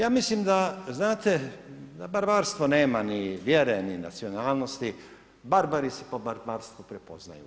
Ja mislim da, znate, da barbarstvo nema ni vjere, ni nacionalnosti, barbari se po barbarstvu prepoznaju.